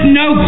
no